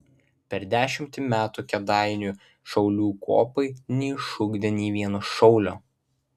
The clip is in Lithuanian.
per dešimtį metų kėdainių šaulių kuopai neišugdė nei vieno šaulio